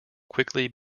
quickly